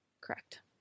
Correct